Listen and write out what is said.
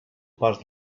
pas